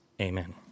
Amen